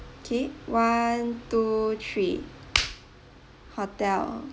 okay one two three hotel